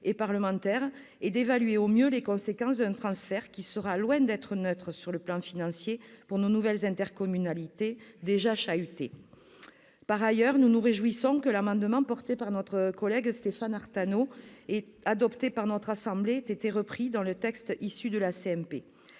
et parlementaire et d'évaluer au mieux les conséquences d'un transfert qui sera loin d'être neutre sur le plan financier pour nos nouvelles intercommunalités déjà chahutées. Par ailleurs, nous nous réjouissons que l'amendement soutenu par notre collègue Stéphane Artano et adopté par notre assemblée ait été repris dans le texte issu des